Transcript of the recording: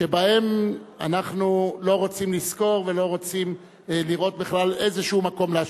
שבהם אנחנו לא רוצים לזכור ולא רוצים לראות בכלל איזה מקום להשוואה.